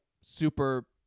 super